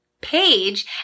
page